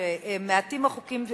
שמעטים החוקים,